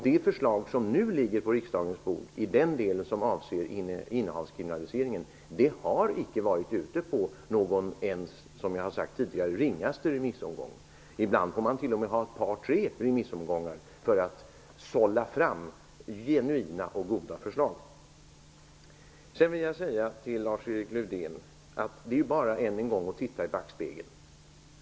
Det förslag som nu ligger på riksdagens bord i den del som avser innehavskriminaliseringen har icke varit ute på ens den ringaste remissomgång. Ibland får man t.o.m. ha ett par tre remissomgångar för att sålla fram genuina och goda förslag. Jag vill säga till Lars-Erik Lövdén att det bara är att titta än en gång i backspegeln.